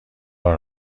راه